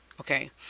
Okay